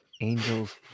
Angels